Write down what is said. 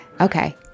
Okay